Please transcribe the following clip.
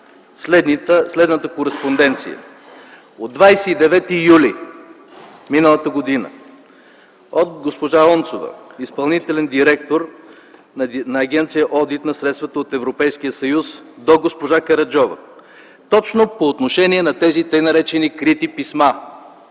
следната кореспонденция. От 29 юли миналата година от госпожа Онцова – изпълнителен директор на Агенция „Одит на средствата от Европейския съюз”, до госпожа Караджова точно по отношение на тези тъй наречени крити писма.